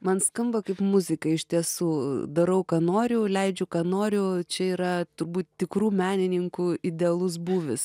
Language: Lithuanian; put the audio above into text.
man skamba kaip muzika iš tiesų darau ką noriu leidžiu ką noriu čia yra turbūt tikrų menininkų idealus būvis